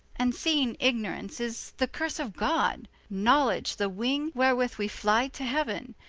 and seeing ignorance is the curse of god, knowledge the wing wherewith we flye to heauen.